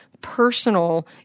personal